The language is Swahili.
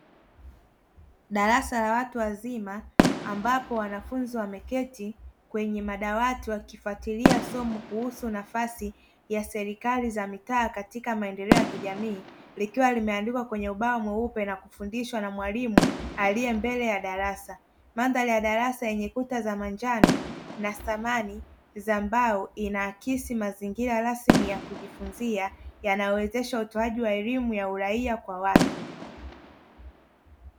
Darasa la watu wazima ambapo wanafunzi wameketi kwenye madawati wakifuatilia somo kuhusu nafasi ya serikali za mitaa katika maendeleo ya kijamii likiwa limeandikwa kwenye ubao mweupe na kufundishwa na mwalimu aliye mbele ya darasa. Mandhari ya darasa yenye kuta za manjano na samani za mbao inaakisi mazingira rasmi ya kujifunzia yanayowezesha utoaji wa elimu ya uraia kwa watu.